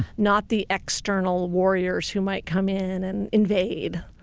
not the external warriors who might come in and invade.